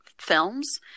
films